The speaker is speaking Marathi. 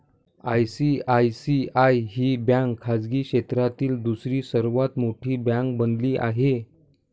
आय.सी.आय.सी.आय ही बँक खाजगी क्षेत्रातील दुसरी सर्वात मोठी बँक बनली आहे